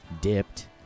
dipped